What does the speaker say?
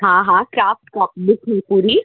हाँ हाँ क्राफ़्ट का लिख ली पूरी